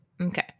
Okay